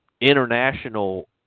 international